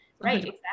Right